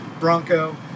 Bronco